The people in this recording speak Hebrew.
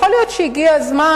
יכול להיות שהגיע הזמן,